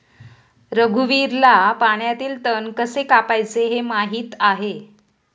रघुवीरला पाण्यातील तण कसे कापायचे हे माहित आहे